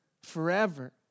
forever